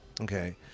Okay